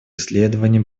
исследований